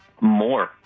More